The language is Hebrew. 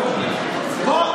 לא, שנייה.